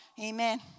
Amen